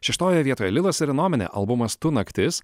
šeštojoje vietoje lilas ir innomine albumas tu naktis